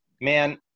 man